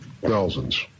Thousands